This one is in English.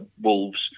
Wolves